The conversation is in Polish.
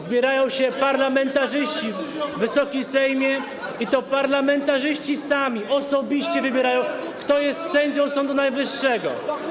Zbierają się parlamentarzyści, Wysoki Sejmie, i to parlamentarzyści sami, osobiście wybierają, kto jest sędzią sądu najwyższego.